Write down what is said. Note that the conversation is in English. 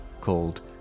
called